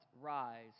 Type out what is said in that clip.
rise